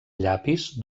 llapis